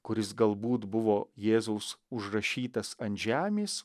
kuris galbūt buvo jėzaus užrašytas ant žemės